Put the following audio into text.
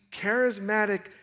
charismatic